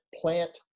plant